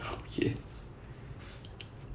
okay